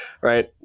right